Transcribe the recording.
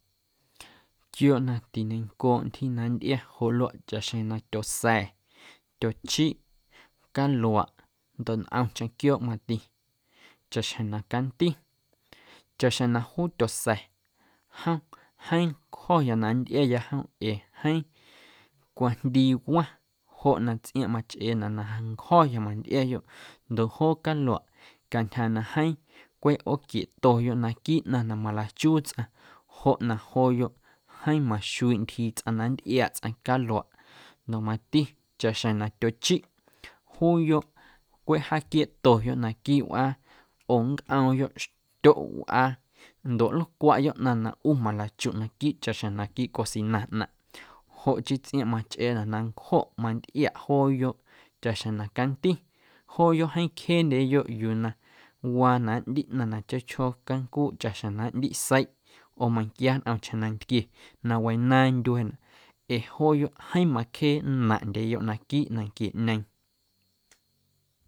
Quiooꞌ na tiñencooꞌ ntyji na nntꞌia joꞌ luaꞌ chaꞌxjeⁿ na tyosa̱, tyochiꞌ, caluaꞌ ndoꞌ ntꞌomcheⁿ quiooꞌ mati chaꞌxjeⁿ na canti chaꞌxjeⁿ na juu tyosa̱ jom jeeⁿ ncjoya na nntꞌiaya jom ee jeeⁿ cwajndii waⁿ joꞌ na tsꞌiaaⁿꞌ machꞌeenaꞌ na ja nncjoya na mantꞌiayoꞌ ndoꞌ joo caluaꞌ cantyja na jeeⁿ cweꞌ ꞌooquieꞌtoyoꞌ naquiiꞌ ꞌnaⁿ na malachuu tsꞌaⁿ joꞌ na jooyoꞌ jeeⁿ maxuiiꞌ ntyjii tsꞌaⁿ na nntꞌiaaꞌ tsꞌaⁿ caluaꞌ ndoꞌ mati chaꞌxjeⁿ na tyochiꞌ juuyoꞌ cweꞌ jaaquieeꞌtoyoꞌ naquiiꞌ wꞌaa oo nncꞌoomyoꞌ xtyoꞌwꞌaa ndoꞌ nlcwaꞌyoꞌ ꞌnaⁿ na ꞌu malachuꞌ naquiiꞌ chaꞌxjeⁿ na naquiiꞌ cocina ꞌnaⁿꞌ joꞌ chii tsꞌiaaⁿꞌ machꞌeenaꞌ na nncjoꞌ nntꞌiaꞌ jooyoꞌ chaꞌxjeⁿ na canti jooyoꞌ jeeⁿ cjeendyeyoꞌ yuu na waa na nꞌndiꞌ ꞌnaⁿ na chjoo chjoo cancuuꞌ chaꞌxjeⁿ na nꞌndiꞌ seiꞌ oo meiⁿnquia ntꞌomcheⁿ nnom nantquie na wanaaⁿ ndyueenaꞌ ee jooyoꞌ jeeⁿ macjee nnaⁿꞌndyeyoꞌ naquiiꞌ nanquieꞌñeeⁿ.